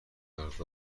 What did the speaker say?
پرداخت